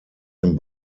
den